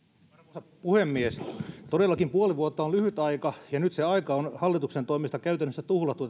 arvoisa puhemies todellakin puoli vuotta on lyhyt aika ja nyt tämä puheenjohtajakautemme on hallituksen toimesta käytännössä tuhlattu